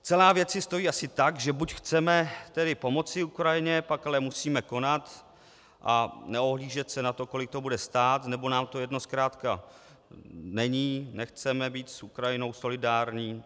Celá věc si stojí asi tak, že buď chceme tedy pomoci Ukrajině, pak ale musíme konat a neohlížet se na to, kolik to bude stát, nebo nám to jedno zkrátka není, nechceme být s Ukrajinou solidární.